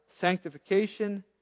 sanctification